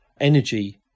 energy